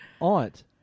aunt